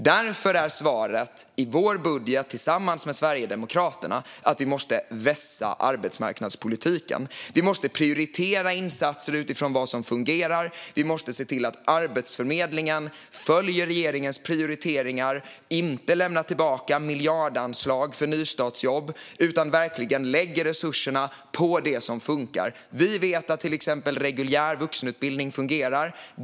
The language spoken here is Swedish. Därför är svaret i vår budget tillsammans med Sverigedemokraterna att vi måste vässa arbetsmarknadspolitiken. Vi måste prioritera insatser utifrån vad som fungerar. Vi måste se till att Arbetsförmedlingen följer regeringens prioriteringar, inte lämnar tillbaka miljardanslag för nystartsjobb utan verkligen lägger resurserna på det som funkar. Vi vet att till exempel reguljär vuxenutbildning fungerar.